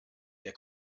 der